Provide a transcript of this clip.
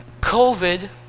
COVID